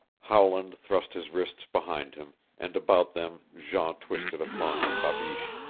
howland thrust his wrists behind him and about them jean twisted a thong of babeesh.